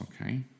Okay